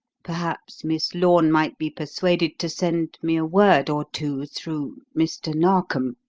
perhaps miss lorne might be persuaded to send me a word or two through mr. narkom.